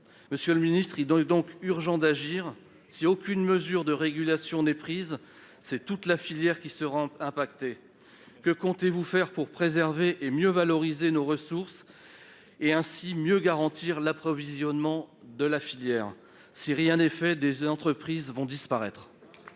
Monsieur le ministre, il est donc urgent d'agir. Si aucune mesure de régulation n'est prise, c'est toute la filière qui sera touchée. Que comptez-vous faire pour préserver et mieux valoriser nos ressources et, ainsi, mieux garantir l'approvisionnement de la filière ? Si rien n'est fait, des entreprises disparaîtront